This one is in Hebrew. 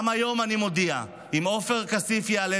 גם היום אני מודיע: אם עופר כסיף יעלה